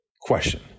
question